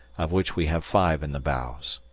of which we have five in the bows.